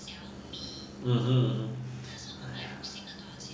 mmhmm